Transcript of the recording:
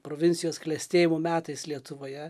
provincijos klestėjimo metais lietuvoje